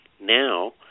now